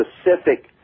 specific